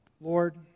Lord